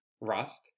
rust